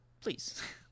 please